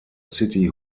city